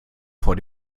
vor